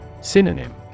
Synonym